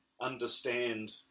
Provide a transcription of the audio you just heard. understand